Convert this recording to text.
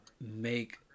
make